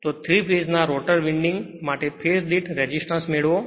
તો 3 ફેજ ના rotor winding માટે ફેજ દીઠ રેસિસ્ટન્સ મેળવો